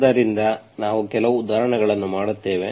ಆದ್ದರಿಂದ ನಾವು ಕೆಲವು ಉದಾಹರಣೆಗಳನ್ನು ಮಾಡುತ್ತೇವೆ